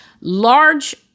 large